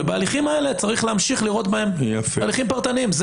ובהליכים האלה צריך להמשיך לראות בהם הליכים פרטניים.